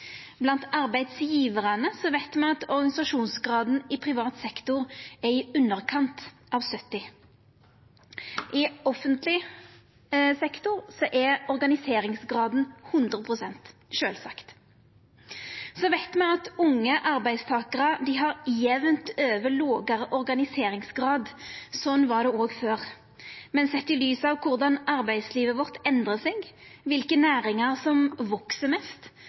Blant arbeidsgjevarane veit me at organisasjonsgraden i privat sektor er i underkant av 70 pst., i offentleg sektor er organiseringsgraden 100 pst. – sjølvsagt. Me veit at unge arbeidstakarar har jamt over lågare organiseringsgrad. Slik var det òg før, men sett i lys av korleis arbeidslivet vårt endrar seg, kva næringar som veks mest,